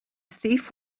thief